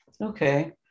Okay